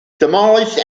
demolished